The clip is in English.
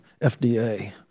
FDA